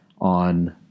on